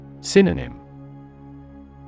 Synonym